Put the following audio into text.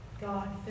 God